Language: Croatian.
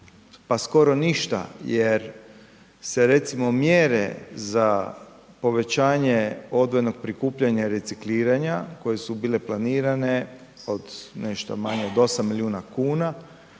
Pa skoro ništa jer se recimo mjere za povećanje odvojenog prikupljanja i recikliranja koje su bile planirane od nešto manje od 8 milijuna kuna,